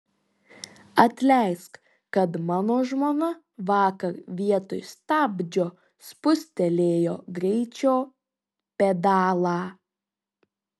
atleisk kad mano žmona vakar vietoj stabdžio spustelėjo greičio pedalą